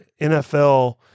nfl